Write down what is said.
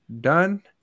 done